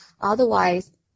Otherwise